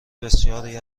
بسیاری